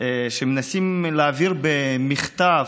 שמנסים להעביר במחטף.